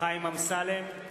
חיים אמסלם,